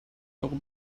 euro